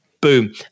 Boom